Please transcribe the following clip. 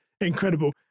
incredible